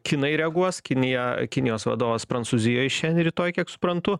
kinai reaguos kinija kinijos vadovas prancūzijoj šiandien rytoj kiek suprantu